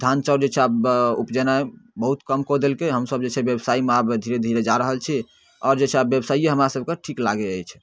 धान चाउर जे छै आब उपजेनाइ बहुत कम कऽ देलकै हमसभ जे छै बेवसाइमे आब धीरे धीरे जा रहल छी आओर जे छै आब बेवसाइए हमरासभके ठीक लागै अछि